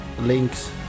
links